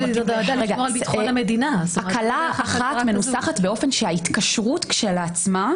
הקלה אחת מנוסחת באופן שההתקשרות כשלעצמה,